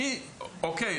אוקיי,